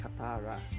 Katara